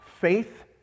faith